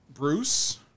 Bruce